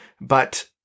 but-